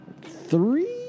Three